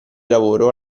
lavoro